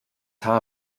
haar